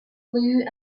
blue